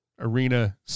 Arena